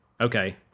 Okay